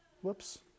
Whoops